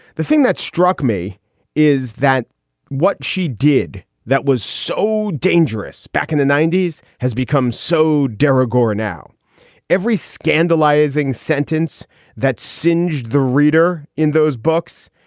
the thing that struck me is that what she did that was so dangerous back in the ninety s has become so debra gore now every scandalizing sentence that singed the reader in those books.